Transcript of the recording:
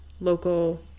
local